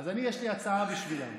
אז אני, יש לי הצעה בשבילם.